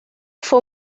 fue